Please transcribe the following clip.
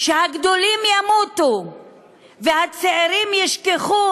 שהגדולים ימותו והצעירים ישכחו,